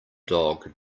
dog